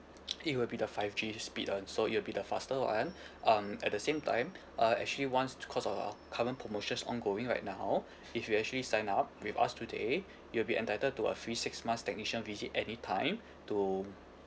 it will be the five G speed one so it'll be the faster one um at the same time uh actually once because our current promotions ongoing right now if you actually sign up with us today you'll be entitled to a free six months technician visit any time to